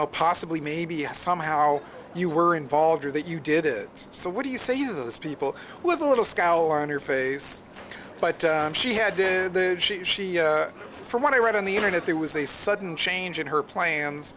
know possibly maybe somehow you were involved or that you did it so what do you say to those people who have a little scowl on your face but she had she she from what i read on the internet there was a sudden change in her plans